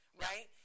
right